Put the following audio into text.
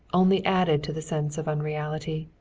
only added to the sense of unreality.